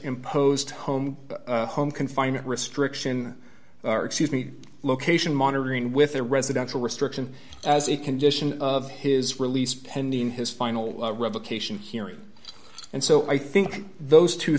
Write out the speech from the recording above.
imposed home home confinement restriction or excuse me location monitoring with a residential restriction as a condition of his released pending his final revocation hearing and so i think those two